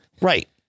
Right